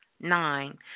Nine